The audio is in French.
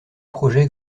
projet